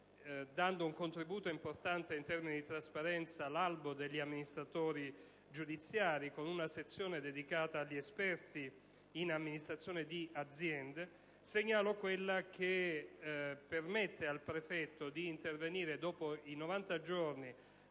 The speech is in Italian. dando un contributo importante in termini di trasparenza, l'Albo degli amministratori giudiziari con una sezione dedicata agli esperti in amministrazione di aziende; infine, segnalo quella che permette al prefetto di intervenire dopo i 90 giorni